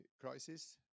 crisis